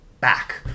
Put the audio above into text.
back